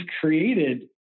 created